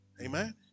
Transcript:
amen